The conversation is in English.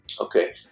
Okay